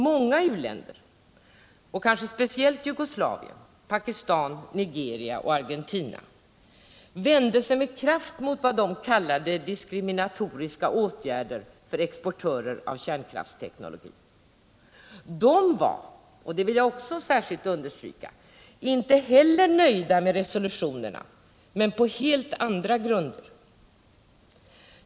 Många u-länder, och kanske speciellt Jugoslavien, Pakistan, Nigeria och Argentina, vände sig med kraft mot vad de kallade diskriminatoriska åtgärder för exportörer av kärnkraftsteknologi. De var, och det vill jag också särskilt understryka, inte heller nöjda med resolutionerna, men på helt andra grunder.